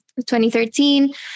2013